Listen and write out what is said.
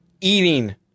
eating